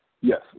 Yes